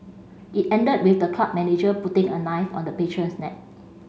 it ended with the club manager putting a knife on the patron's neck